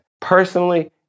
personally